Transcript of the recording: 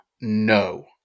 No